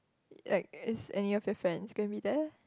like is any of your friends gonna meet there